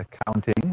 accounting